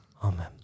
Amen